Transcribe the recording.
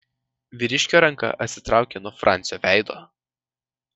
vyriškio ranka atsitraukė nuo francio veido